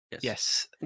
Yes